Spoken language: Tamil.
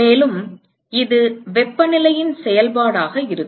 மேலும் இது வெப்பநிலையின் செயல்பாடாக இருக்கும்